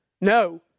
no